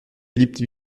philippe